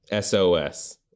SOS